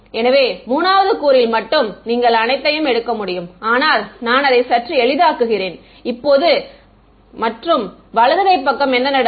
எனவே 3 வது கூறில் மட்டுமே நீங்கள் அனைத்தையும் எடுக்க முடியும் ஆனால் நான் அதை சற்று எளிதாக்குகிறேன் இப்போது மற்றும் வலது கை பக்கம் என்ன நடக்கும்